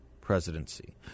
presidency